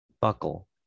buckle